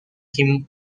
him